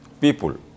people